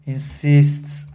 Insists